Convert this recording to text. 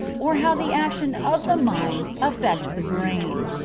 or how the action of the mind affects the brain.